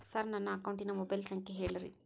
sir ನನ್ನ ಅಕೌಂಟಿನ mobile ಸಂಖ್ಯೆ ಹೇಳಿರಿ